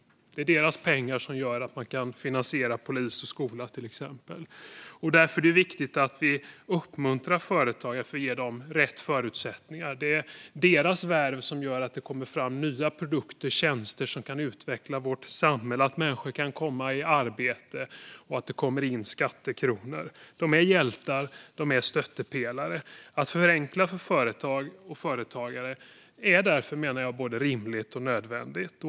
Det är deras pengar som gör att vi kan finansiera till exempel polis och skola. Därför är det viktigt att vi uppmuntrar företagare och ger dem rätt förutsättningar. Det är deras värv som gör att det kommer fram nya produkter och tjänster som kan utveckla vårt samhälle, att människor kan komma i arbete och att det kommer in skattekronor. De är hjältar och stöttepelare. Att förenkla för företag och företagare är därför, menar jag, både rimligt och nödvändigt.